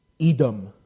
Edom